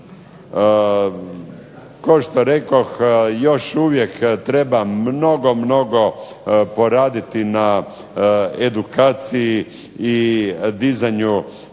kao što rekoh, još uvijek treba mnogo, mnogo poraditi na edukaciji i dizanju